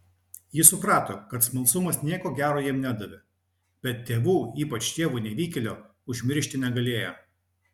jis suprato kad smalsumas nieko gero jam nedavė bet tėvų ypač tėvo nevykėlio užmiršti negalėjo